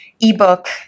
ebook